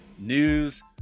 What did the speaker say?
news